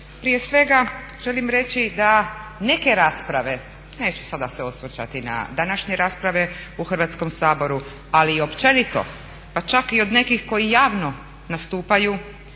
Prije svega želim reći da neke rasprave, neću sada se osvrtati na današnje rasprave u Hrvatskom saboru, ali i općenito pa čak i od nekih koji javno nastupaju